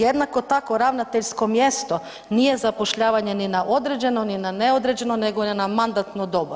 Jednako tako ravnateljsko mjesto nije zapošljavanje ni na određeno ni na neodređeno nego je na mandatno doba.